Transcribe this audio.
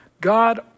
God